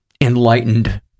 enlightened